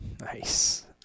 Nice